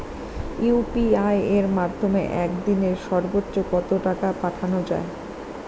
UPI এর মাধ্যমে এক দিনে সর্বচ্চ কত টাকা পাঠানো যায়?